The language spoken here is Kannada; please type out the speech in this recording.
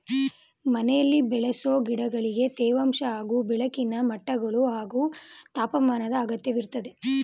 ಮನೆಲಿ ಬೆಳೆಸೊ ಗಿಡಗಳಿಗೆ ತೇವಾಂಶ ಹಾಗೂ ಬೆಳಕಿನ ಮಟ್ಟಗಳು ಹಾಗೂ ತಾಪಮಾನದ್ ಅಗತ್ಯವಿರ್ತದೆ